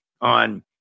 on